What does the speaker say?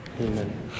Amen